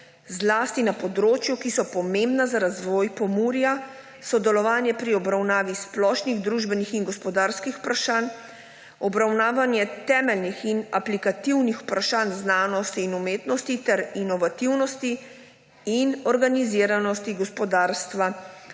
zlasti na področju, ki so pomembna za razvoj Pomurja, sodelovanje pri obravnavi splošnih družbenih in gospodarskih vprašanj, obravnavanje temeljnih in aplikativnih vprašanj znanosti in umetnosti ter inovativnosti in organiziranosti gospodarstva